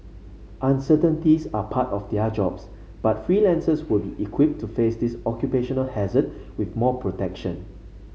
uncertainties are part of their jobs but freelancers will be equipped to face this occupational hazard with more protection